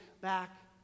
back